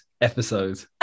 episode